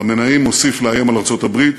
חמינאי מוסיף לאיים על ארצות-הברית.